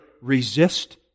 resist